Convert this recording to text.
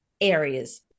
areas